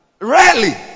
Rarely